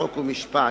חוק ומשפט.